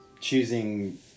choosing